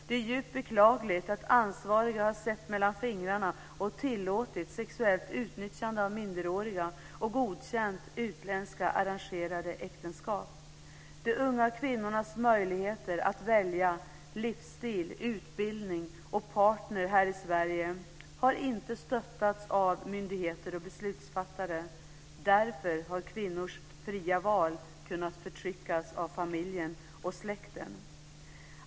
Det är djupt beklagligt att ansvariga har sett mellan fingrarna, tillåtit sexuellt utnyttjande av minderåriga och godkänt utländska arrangerade äktenskap. De unga kvinnornas möjligheter att välja livsstil, utbildning och partner här i Sverige har inte stöttats av myndigheter och beslutsfattare. Därför har kvinnors fria val kunnat förtryckas av familjen och släkten.